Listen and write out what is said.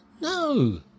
no